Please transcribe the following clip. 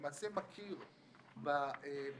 שלמעשה מכיר בבעיות,